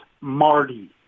marty